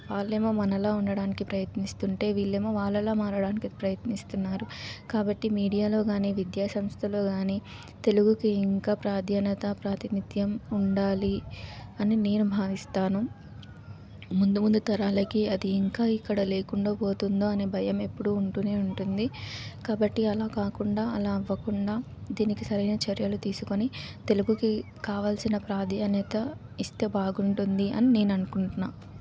వాళ్ళు ఏమో మనలా ఉండడానికి ప్రయత్నిస్తుంటే వీళ్ళు ఏమో వాళ్ళలా మారడానికి ప్రయత్నిస్తున్నారు కాబట్టి మీడియాలో కానీ విద్యా సంస్థలో కానీ తెలుగుకి ఇంకా ప్రాధాన్యత ప్రాతినిథ్యం ఉండాలి అని నేను భావిస్తాను ముందు ముందు తరాలకి అది ఇంకా ఇక్కడ లేకుండా పోతుందో అని భయం ఎప్పుడూ ఉంటూనే ఉంటుంది కాబట్టి అలా కాకుండా అలా అవ్వకుండా దీనికి సరైన చర్యలు తీసుకొని తెలుగుకి కావాలసిన ప్రాధాన్యత ఇస్తే బాగుంటుంది అని నేను అనుకుంటున్నాను